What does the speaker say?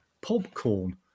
popcorn